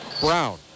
Brown